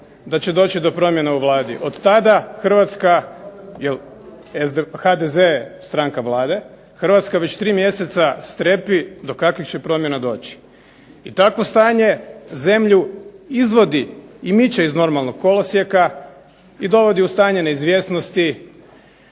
da će doći do promjena u Vladi. Od tada Hrvatska, HDZ stranka Vlade, Hrvatska već tri mjeseca strepi do kakvih će promjena doći. I takvo stanje zemlju izvodi i miče iz normalnog kolosijeka i dovodi u stanje neizvjesnosti,